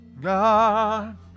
God